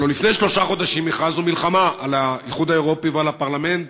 הלוא לפני שלושה חודשים הכרזנו מלחמה על האיחוד האירופי ועל הפרלמנט,